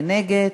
מי נגד?